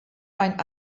ein